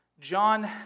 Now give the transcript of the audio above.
John